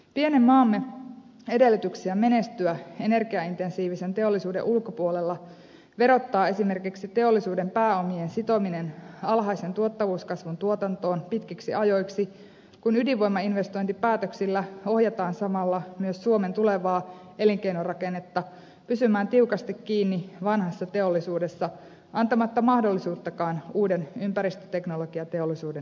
pienen maamme edellytyksiä menestyä energiaintensiivisen teollisuuden ulkopuolella verottaa esimerkiksi teollisuuden pääomien sitominen alhaisen tuottavuuskasvun tuotantoon pitkiksi ajoiksi kun ydinvoimainvestointipäätöksillä ohjataan samalla myös suomen tulevaa elinkeinorakennetta pysymään tiukasti kiinni vanhassa teollisuudessa antamatta mahdollisuuttakaan uuden ympäristöteknologiateollisuuden kehittymiselle